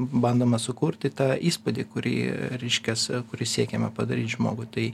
bandoma sukurti tą įspūdį kurį reiškias kurį siekiama padaryt žmogų tai